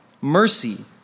mercy